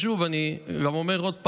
שוב, אני גם אומר עוד פעם,